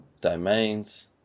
domains